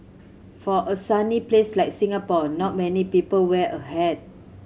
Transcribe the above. for a sunny place like Singapore not many people wear a hat